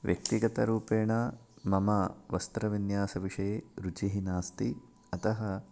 व्यक्तिगतरूपेण मम वस्त्रविन्यासविषये रुचिः नास्ति अतः